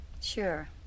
Sure